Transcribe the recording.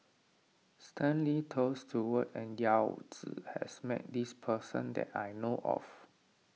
Stanley Toft Stewart and Yao Zi has met this person that I know of